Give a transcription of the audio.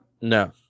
No